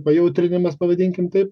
pajautrinimas pavadinkim taip